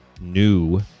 new